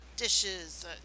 Dishes